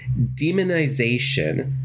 Demonization